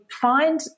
find